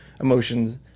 emotions